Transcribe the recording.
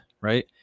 right